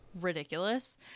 ridiculous